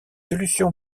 solution